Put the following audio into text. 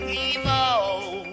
evil